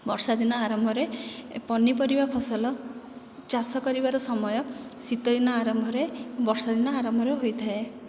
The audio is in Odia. ବର୍ଷା ଦିନ ଆରମ୍ଭରେ ପନିପରିବା ଫସଲ ଚାଷ କରିବାର ସମୟ ଶୀତ ଦିନ ଆରମ୍ଭରେ ବର୍ଷା ଦିନ ଆରମ୍ଭରେ ହୋଇଥାଏ